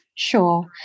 Sure